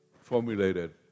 formulated